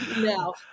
No